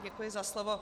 Děkuji za slovo.